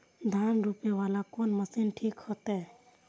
धान रोपे वाला कोन मशीन ठीक होते?